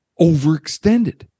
overextended